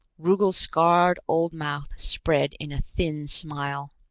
rugel's scarred old mouth spread in a thin smile.